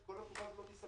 כל התקופה הזאת לא תיספר.